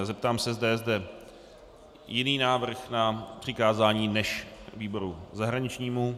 Zeptám se, zda je zde jiný návrh na přikázání než výboru zahraničnímu.